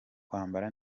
kwambara